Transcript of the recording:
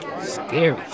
Scary